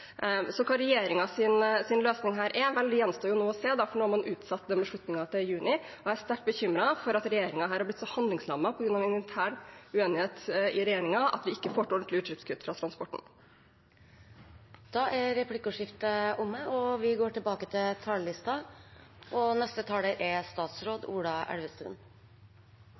Hva regjeringens løsning her er, gjenstår å se, for nå har man utsatt den beslutningen til juni. Jeg er sterkt bekymret for at regjeringen har blitt så handlingslammet på grunn av intern uenighet at vi ikke får til ordentlige utslippskutt fra transportsektoren. Replikkordskiftet er omme. Verden står overfor tre store oppgaver de neste